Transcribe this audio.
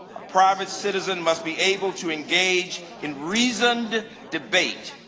a private citizen must be able to engage in reasoned debate.